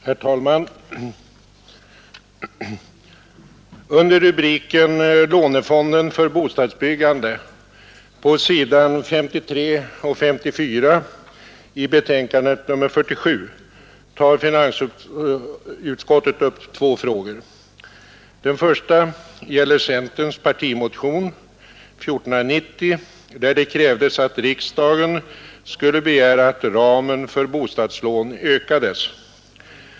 Herr talman! Under rubriken Lånefonden för bostadsbyggande på s. 53 och 54 i betänkandet nr 47 tar finansutskottet upp två frågor. Den första gäller centerns partimotion 1490, där det krävdes att riksdagen skulle begära att ramen för bostadslån ökades.